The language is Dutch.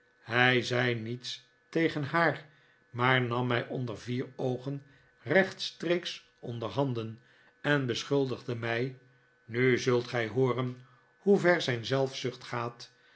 hij zei niets tegen haar maar nam mij onder vier oogen rechtstreeks onderhanden en beschuldigde mij nu zult gij hooren hoever zijn zelfzucht gaat